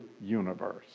universe